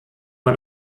war